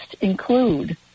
include